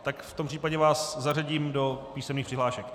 Tak v tom případě vás zařadím do písemných přihlášek.